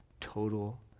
total